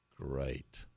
Great